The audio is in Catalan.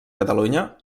catalunya